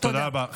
תודה רבה.